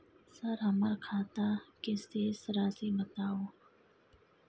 Sir हमर खाता के शेस राशि बताउ?